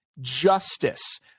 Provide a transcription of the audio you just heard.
justice